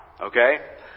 Okay